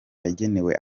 yagenewe